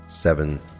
Seven